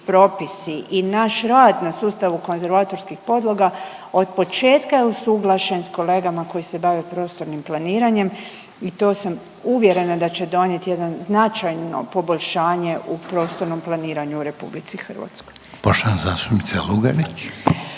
propisi i naš rad na sustavu konzervatorskih podloga od početka je usuglašen s kolegama koji se bave prostornim planiranjem i to sam uvjerena da će donijet jedno značajno poboljšanje u prostornom planiranju u RH. **Reiner, Željko (HDZ)** Poštovana zastupnica Lugarić.